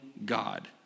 God